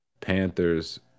Panthers